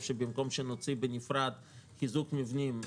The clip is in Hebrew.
שבמקום שנוציא בנפרד על חיזוק מבנים,